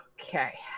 Okay